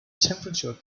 temperature